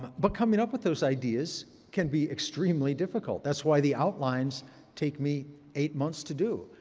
but coming up with those ideas can be extremely difficult. that's why the outlines take me eight months to do.